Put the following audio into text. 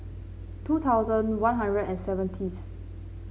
two thousand One Hundred and seventieth